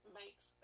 makes